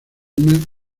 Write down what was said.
una